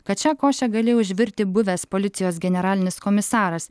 kad šią košę galėjo užvirti buvęs policijos generalinis komisaras